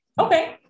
okay